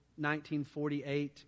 1948